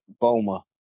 Boma